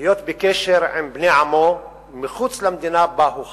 להיות בקשר עם בני עמו מחוץ למדינה שבה הוא חי.